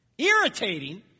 Irritating